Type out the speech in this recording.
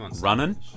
running